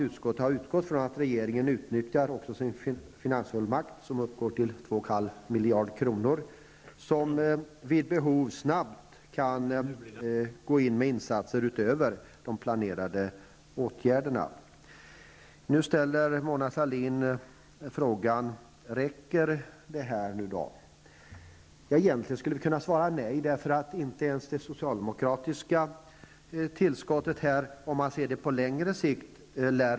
Utskottet har utgått ifrån att regeringen utnyttjar sin finansfullmakt, som uppgår till 2,5 miljarder kronor och vid behov snabbt kan gå in med insatser utöver de planerade åtgärderna. Nu ställer Mona Sahlin frågan om det här räcker. Egentligen skulle vi kunna säga nej. Inte ens det socialdemokratiska tillskottet lär räcka till på längre sikt.